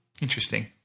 Interesting